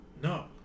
No